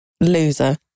loser